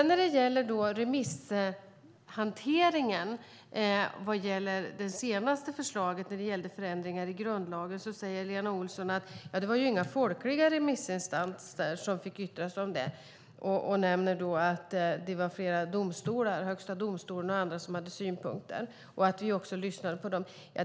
När det gäller remisshanteringen vid det senaste förslaget om förändringar i grundlagen säger Lena Olsson att det inte var några folkliga remissinstanser som fick yttra sig om det. Hon nämner också att flera domstolar, Högsta domstolen och andra hade synpunkter och att vi också lyssnade på dem.